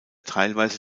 teilweise